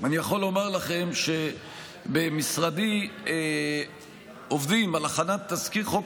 אני יכול לומר לכם שבמשרדי עובדים על הכנת תזכיר חוק